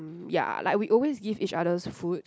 ya like we always give each other food